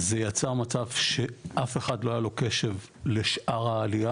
זה יצר מצב שאף אחד לא היה לו קשב לשאר העלייה